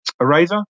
Eraser